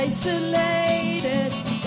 Isolated